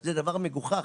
זה דבר מגוחך,